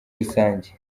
rusange